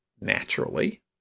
naturally